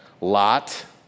Lot